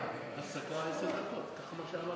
עברו עשר דקות, אני מחדש.